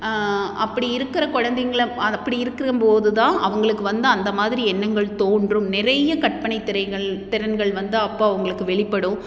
அப்படி இருக்கிற குழந்தைகள அது அப்படி இருக்கும் போது தான் அவங்களுக்கு வந்து அந்த மாதிரி எண்ணங்கள் தோன்றும் நிறைய கற்பனை திரைகள் திறன்கள் வந்து அப்போ அவங்களுக்கு வெளிப்படும்